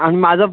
आणि माझा